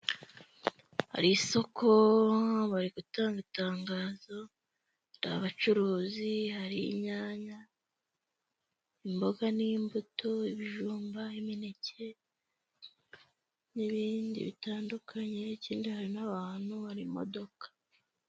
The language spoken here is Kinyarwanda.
Hari isoko bari gutanga itangazo, hari abacuruzi, hari inyanya, imboga n'imbuto, ibijumba, imineke n'ibindi bitandukanye ikindi hari n'abantu, hari imodoka.